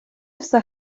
все